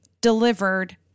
delivered